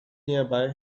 nearby